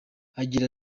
agira